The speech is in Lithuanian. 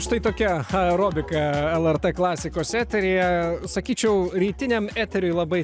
štai tokia aerobika lrt klasikos eteryje sakyčiau rytiniam eteriui labai